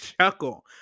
chuckle